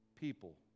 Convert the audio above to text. people